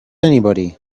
anybody